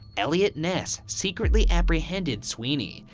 eliot ness secretly apprehended sweeney,